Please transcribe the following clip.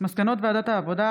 מסקנות ועדת העבודה,